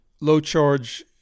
low-charge